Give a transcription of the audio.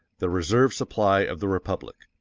the reserve supply of the republic.